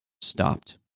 stopped